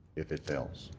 if it fails.